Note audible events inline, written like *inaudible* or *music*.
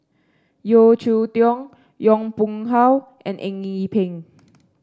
Yeo Cheow Tong Yong Pung How and Eng Yee Peng *noise*